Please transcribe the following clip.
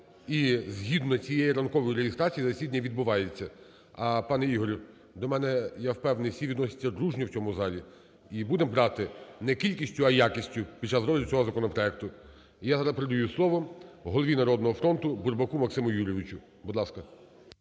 і згідно цієї ранкової реєстрації засідання відбувається. Пане Ігорю, до мене, я впевнений, всі відносяться дружньо у цьому залі. І будемо брати не кількістю, а якістю під час розгляду цього законопроекту. Я зараз передаю слово голові "Народного фронту" Бурбаку Максиму Юрійовичу. 11:57:03